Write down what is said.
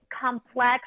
complex